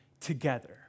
together